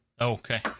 Okay